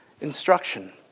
Instruction